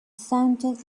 sounded